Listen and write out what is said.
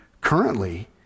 currently